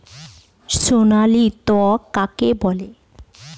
সোনালী তন্তু কাকে বলে?